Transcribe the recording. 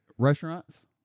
Restaurants